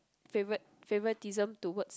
favorite favoritism towards